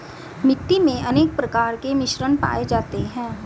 मिट्टी मे अनेक प्रकार के मिश्रण पाये जाते है